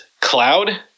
cloud